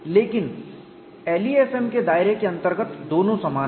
लेकिन LEFM के दायरे के अंतर्गत दोनों समान हैं